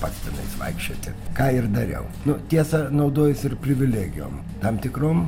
pats tenais vaikščioti ką ir dariau nu tiesa naudojausi ir privilegijom tam tikrom